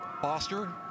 Foster